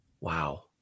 Wow